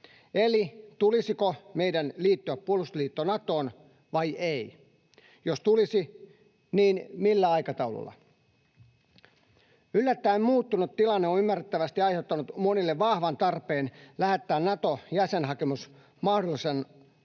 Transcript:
Eli tulisiko meidän liittyä puolustusliitto Natoon vai ei? Jos tulisi, niin millä aikataululla? Yllättäen muuttunut tilanne on ymmärrettävästi aiheuttanut monille vahvan tarpeen lähettää Nato-jäsenhakemus mahdollisimman